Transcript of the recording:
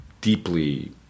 deeply